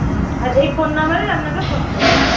হুম আর এই ফোন নাম্বারেই আপনাকে ফোন করব